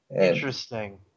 Interesting